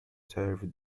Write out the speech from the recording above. served